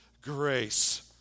grace